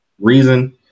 reason